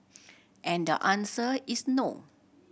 and the answer is no